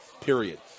period